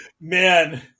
Man